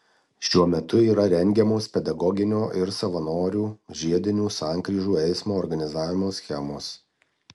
šiuo metu yra rengiamos pedagoginio ir savanorių žiedinių sankryžų eismo organizavimo schemos